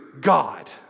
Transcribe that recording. God